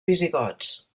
visigots